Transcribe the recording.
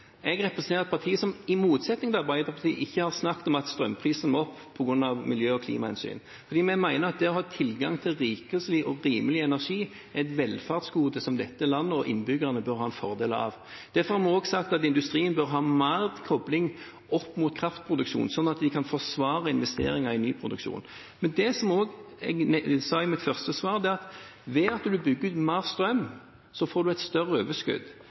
Jeg representerer et parti som i motsetning til Arbeiderpartiet ikke har snakket om at strømprisen må opp på grunn av klima- og miljøhensyn, fordi vi mener at det å ha tilgang til rikelig og rimelig energi er et velferdsgode som dette landet og innbyggerne må ha fordel av. Derfor har vi også sagt at industrien bør ha mer kobling opp mot kraftproduksjon, slik at de kan forsvare investeringer i ny produksjon. Det jeg også sa i mitt første svar, var at ved at man bygger ut mer strøm, får man et større overskudd.